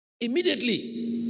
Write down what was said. Immediately